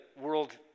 world